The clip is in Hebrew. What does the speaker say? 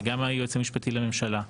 גם היועץ המשפטי לממשל,